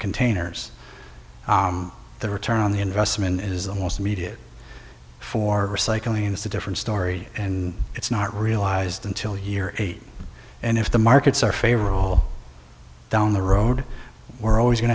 containers the return on the investment is the most needed for recycling is a different story and it's not realized until year eight and if the markets are favorable down the road we're always going